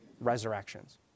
resurrections